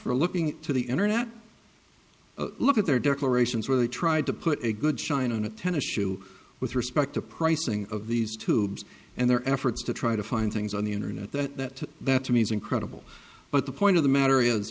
for looking to the internet look at their declarations where they tried to put a good shine on a tennis shoe with respect to pricing of these tubes and their efforts to try to find things on the internet that that to me is incredible but the point of the matter is